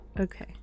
okay